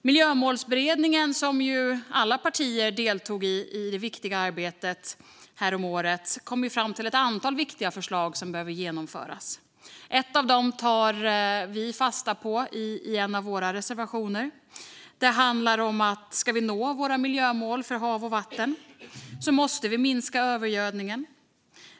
Miljömålsberedningen, vars viktiga arbete alla partier deltog i häromåret, kom fram till ett antal viktiga förslag som behöver genomföras. Ett av dem tar vi fasta på i en våra reservationer. Det handlar om att vi om vi ska nå våra miljömål för hav och vatten måste minska övergödningen.